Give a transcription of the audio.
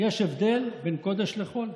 יש הבדל בין קודש לחול.